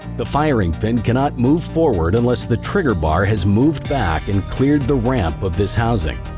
the firing pin cannot move forward, unless the trigger bar has moved back and cleared the ramp of this housing.